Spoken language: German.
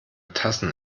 tassen